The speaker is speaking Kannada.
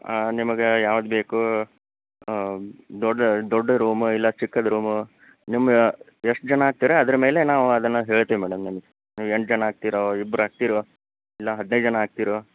ನಿಮಗೆ ಯಾವುದು ಬೇಕು ದೊಡ್ಡ ದೊಡ್ಡ ರೂಮಾ ಇಲ್ಲ ಚಿಕ್ಕದು ರೂಮ್ ನಿಮ್ಮ ಎಷ್ಟು ಜನ ಆಗ್ತೀರಾ ಅದರ ಮೇಲೆ ನಾವು ಅದನ್ನು ಹೇಳ್ತೀವಿ ಮೇಡಮ್ ನಿಮಗೆ ನೀವು ಎಂಟು ಜನ ಆಗ್ತಿರೋ ಇಬ್ಬರಾಗ್ತೀರೋ ಇಲ್ಲ ಹದಿನೈದು ಜನ ಆಗ್ತಿರೋ